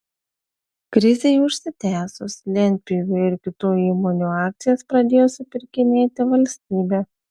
krizei užsitęsus lentpjūvių ir kitų įmonių akcijas pradėjo supirkinėti valstybė